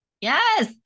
Yes